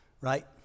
right